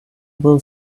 will